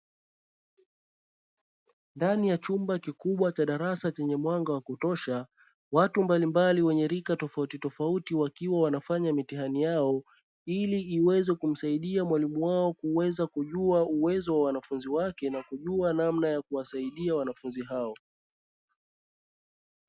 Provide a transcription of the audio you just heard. Ndani ya chumba kikubwa cha darasa chenye mwanga wa kutosha, watu mbalimbali wenye rika tofauti tofauti wakiwa wanafanya mitihani yao ili iweze kumsaidia mwalimu wao kuweza kujua uwezo wa wanafunzi wake na kujua namna ya kuwasaidia wanafunzi hao.